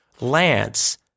Lance